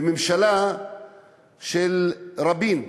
בממשלה של רבין,